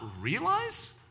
realize